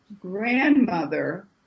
grandmother